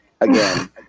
again